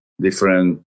different